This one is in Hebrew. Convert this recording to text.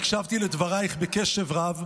הקשבתי לדבריך בקשב רב,